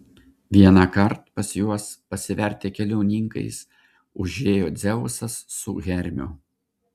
vienąkart pas juos pasivertę keliauninkais užėjo dzeusas su hermiu